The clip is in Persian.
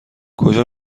کجا